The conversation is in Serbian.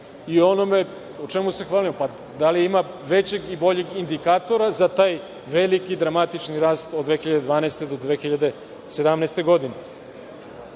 o onome o čemu se … da li ima većeg i boljeg indikatora za taj veliki dramatični rast od 2012. do 2017. godine. Ono